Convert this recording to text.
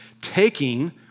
taking